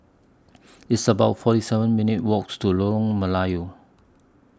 It's about forty seven minutes' Walk to Lorong Melayu